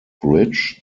bridge